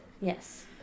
Yes